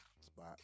spot